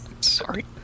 sorry